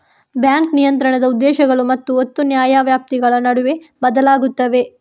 bank ನಿಯಂತ್ರಣದ ಉದ್ದೇಶಗಳು ಮತ್ತು ಒತ್ತು ನ್ಯಾಯವ್ಯಾಪ್ತಿಗಳ ನಡುವೆ ಬದಲಾಗುತ್ತವೆ